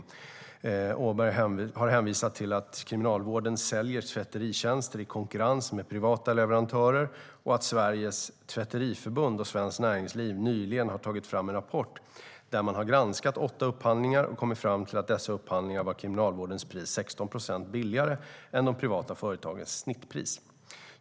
Boriana Åberg har hänvisat till att Kriminalvården säljer tvätteritjänster i konkurrens med privata leverantörer och att Sveriges Tvätteriförbund och Svenskt Näringsliv nyligen har tagit fram en rapport där man har granskat åtta upphandlingar och kommit fram till att i dessa upphandlingar var Kriminalvårdens pris 16 procent billigare än de privata företagens snittpris.